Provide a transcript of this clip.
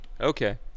Okay